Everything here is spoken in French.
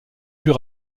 plus